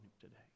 today